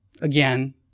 again